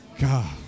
God